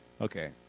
Okay